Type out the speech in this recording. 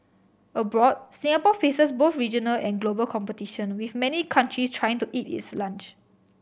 abroad Singapore faces both regional and global competition with many countries trying to eat its lunch